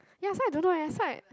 ya so I don't know eh so I